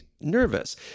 nervous